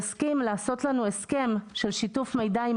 יסכים לעשות לנו הסכם של שיתוף מידע עם